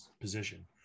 position